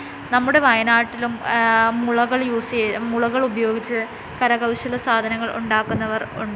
നമ്മുടെ വയനാട്ടിലും മുളകൾ യൂസ് മുളകൾ ഉപയോഗിച്ച് കരകൗശല സാധനങ്ങൾ ഉണ്ടാക്കുന്നവർ ഉണ്ട്